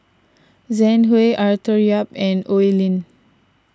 Zhang Hui Arthur Yap and Oi Lin